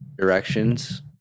Directions